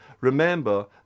Remember